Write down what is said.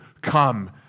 come